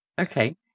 Okay